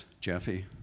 Jeffy